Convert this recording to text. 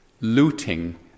looting